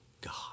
God